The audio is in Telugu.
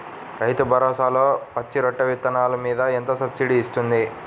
రైతు భరోసాలో పచ్చి రొట్టె విత్తనాలు మీద ఎంత సబ్సిడీ ఇస్తుంది?